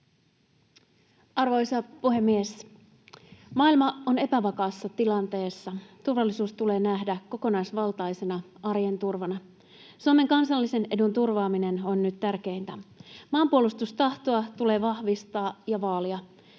Arvoisa puhemies! Maailma on epävakaassa tilanteessa. Turvallisuus tulee nähdä kokonaisvaltaisena arjen turvana. Suomen kansallisen edun turvaaminen on nyt tärkeintä. Maanpuolustustahtoa tulee vahvistaa ja vaalia.